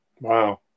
Wow